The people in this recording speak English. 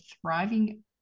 thriving